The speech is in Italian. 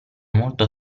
molto